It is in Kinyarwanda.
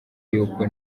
yuko